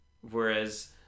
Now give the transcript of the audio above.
whereas